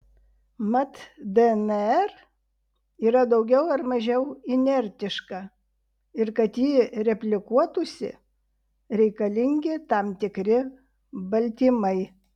mat dnr yra daugiau ar mažiau inertiška ir kad ji replikuotųsi reikalingi tam tikri baltymai